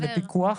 בפיקוח?